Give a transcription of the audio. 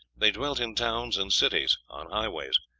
they dwelt in towns and cities, on highways.